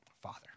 Father